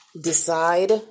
decide